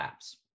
apps